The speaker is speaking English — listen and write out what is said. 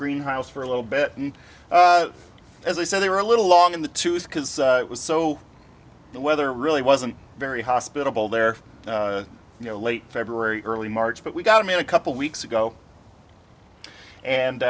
greenhouse for a little bit and as i said they were a little long in the tooth because it was so the weather really wasn't very hospitable there you know late february early march but we got me in a couple weeks ago and